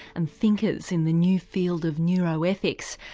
and thinkers in the new field of neuroethics,